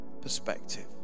perspective